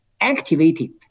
activated